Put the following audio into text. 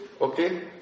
Okay